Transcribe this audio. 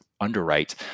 underwrite